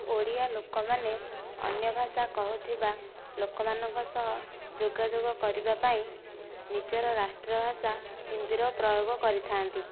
ଓଡିଆ ଲୋକମାନେ ଅନ୍ୟ ଭାଷା କହୁଥିବା ଲୋକମାନଙ୍କ ସହ ଯୋଗାଯୋଗ କରିବା ପାଇଁ ନିଜର ରାଷ୍ଟ୍ରଭାଷା ହିନ୍ଦୀର ପ୍ରୟୋଗ କରିଥାନ୍ତି